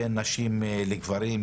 בין נשים לגברים,